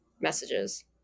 messages